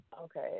Okay